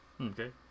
Okay